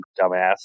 dumbass